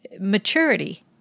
maturity